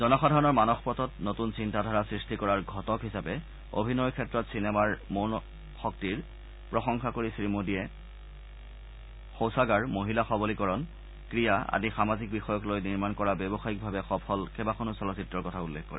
জনসাধাৰণৰ মানসপটত নতুন চিন্তাধাৰা সৃষ্টি কৰাৰ ঘটক হিচাপে অভিনয়ৰ ক্ষেত্ৰত কথাছবি জগতৰ মৌন শক্তিৰ প্ৰশংসা কৰি শ্ৰীমোদীয়ে শৌচাগাৰ মহিলা সবলীকৰণ ক্ৰীড়া আদি সামাজিক বিষয়ক লৈ নিৰ্মাণ কৰা ব্যৱসায়িকভাৱে সফল হোৱা কেইবাখনো চলচ্চিত্ৰৰ কথা উল্লেখ কৰে